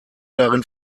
darin